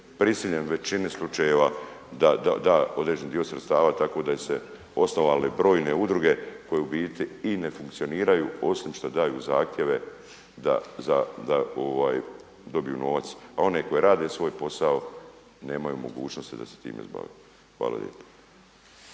prisiljen u većini slučajeva da određeni dio sredstava tako da je se osnovale brojne udruge koje u biti i ne funkcioniraju osim šta daju zahtjeve da dobiju novac. A one koje rade svoj posao nemaju mogućnosti da se time bave. Hvala lijepo.